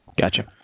Gotcha